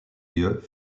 lieu